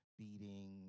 beating